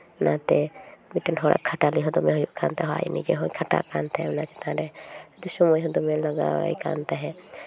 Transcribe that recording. ᱚᱱᱟ ᱛᱮ ᱢᱤᱫᱴᱟᱱ ᱦᱚᱲᱟᱜ ᱠᱷᱟᱴᱟᱞᱤ ᱦᱚᱸ ᱫᱚᱢᱮ ᱦᱩᱭᱩᱜ ᱠᱟᱱ ᱛᱟᱦᱮᱸᱜ ᱟᱡ ᱱᱤᱡᱮ ᱦᱚᱸ ᱠᱷᱟᱴᱟᱜ ᱠᱟᱱ ᱛᱟᱦᱮᱸᱜ ᱚᱱᱟ ᱪᱮᱛᱟᱱ ᱨᱮ ᱟᱫᱚ ᱥᱚᱢᱚᱭ ᱦᱚᱸ ᱫᱚᱢᱮ ᱞᱟᱜᱟᱣ ᱟᱭ ᱠᱟᱱ ᱛᱟᱦᱮᱸᱜ